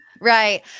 Right